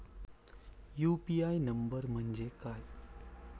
UPI नंबर म्हणजे काय?